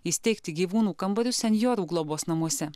įsteigti gyvūnų kambarius senjorų globos namuose